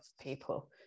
people